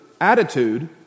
attitude